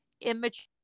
immature